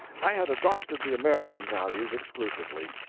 i had adopted the american values exclusively.